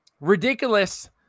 ridiculous